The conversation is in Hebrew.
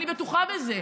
אני בטוחה בזה.